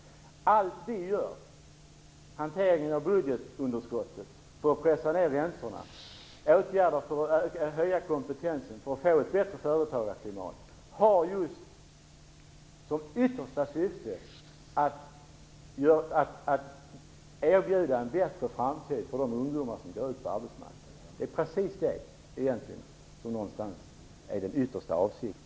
Allt vi gör, hanteringen av budgetunderskottet för att pressa ned räntorna, åtgärder för att höja kompetensen och få ett bättre företagarklimat, har som yttersta syfte att erbjuda en bättre framtid för de ungdomar som går ut på arbetsmarknaden. Det är precis det som är den yttersta avsikten.